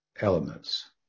elements